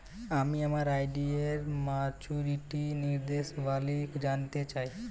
আমি আমার আর.ডি এর মাচুরিটি নির্দেশাবলী জানতে চাই